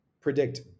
predict